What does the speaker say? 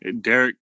Derek